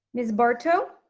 miss barto?